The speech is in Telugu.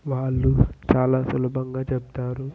వాళ్ళు చాలా సులభంగా చెప్తారు